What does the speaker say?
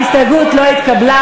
ההסתייגות לא התקבלה.